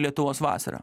lietuvos vasara